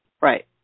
right